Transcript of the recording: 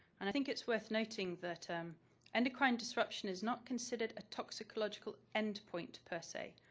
and i think it's worth noting that um endocrine disruption is not considered a toxicological endpoint per se,